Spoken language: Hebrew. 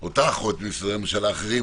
אותך או את משרדי הממשלה האחרים,